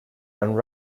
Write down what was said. and